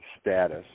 status